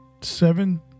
seven